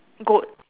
goat